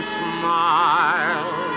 smile